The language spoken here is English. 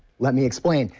let me explain.